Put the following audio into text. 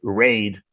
raid